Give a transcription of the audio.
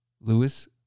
Lewis